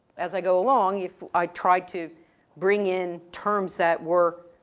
as i go along, if i try to bring in terms that were,